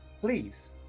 Please